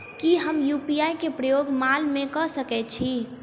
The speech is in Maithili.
की हम यु.पी.आई केँ प्रयोग माल मै कऽ सकैत छी?